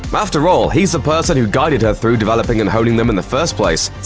um after all, he's the person who guided her through developing and honing them in the first place,